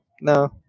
no